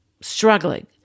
struggling